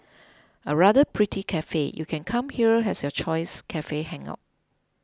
a rather pretty cafe you can come here as your choice cafe hangout